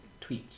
Tweets